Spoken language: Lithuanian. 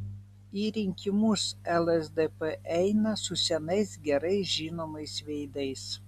į rinkimus lsdp eina su senais gerai žinomais veidais